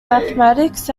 mathematics